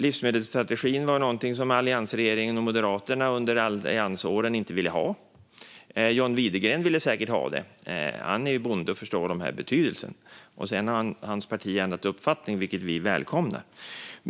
Livsmedelsstrategin var någonting som alliansregeringen och Moderaterna under alliansåren inte ville ha. John Widegren ville säkert ha det. Han är ju bonde och förstår betydelsen. Sedan har hans parti ändrat uppfattning, vilket vi välkomnar.